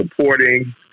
supporting